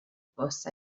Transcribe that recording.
bws